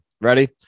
Ready